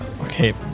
Okay